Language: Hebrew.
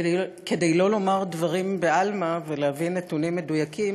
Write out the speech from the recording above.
כדי לא לומר דברים בעלמא ולהביא נתונים מדויקים,